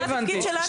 לא הבנתי,